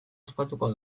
ospatuko